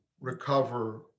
recover